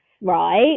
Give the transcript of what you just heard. right